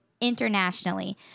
internationally